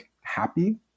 happy